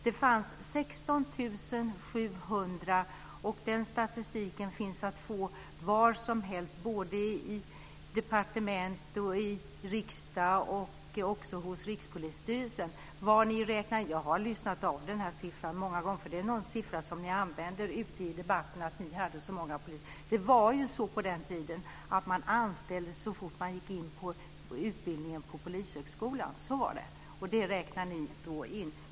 Det fanns 16 700 poliser. Den statistiken finns att få varsomhelst, både i departement och i riksdag och också hos Rikspolisstyrelsen. Jag har lyssnat av den här siffran många gånger. Det är en siffra som ni använder ute i debatterna. Det var på den tiden så att man anställdes så fort man gick in på utbildningen på Polishögskolan. Dem räknar ni in.